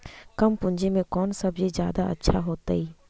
कम पूंजी में कौन सब्ज़ी जादा अच्छा होतई?